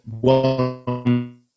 one